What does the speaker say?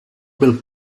byl